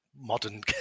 Modern